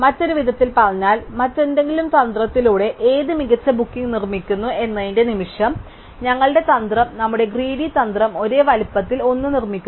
മറ്റൊരു വിധത്തിൽ പറഞ്ഞാൽ മറ്റേതെങ്കിലും തന്ത്രത്തിലൂടെ ഏത് മികച്ച ബുക്കിംഗ് നിർമ്മിക്കുന്നു എന്നതിന്റെ നിമിഷം ഞങ്ങളുടെ തന്ത്രം നമ്മുടെ ഗ്രീഡി തന്ത്രം ഒരേ വലുപ്പത്തിലുള്ള ഒന്ന് നിർമ്മിക്കുന്നു